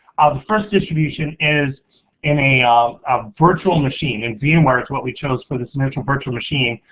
the first distribution is in a ah virtual machine, and vmware is what we chose for this mutual virtual machine,